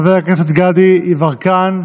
חבר הכנסת גדי יברקן,